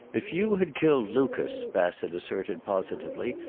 if you had killed lucas, bassett asserted positively,